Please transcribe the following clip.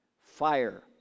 fire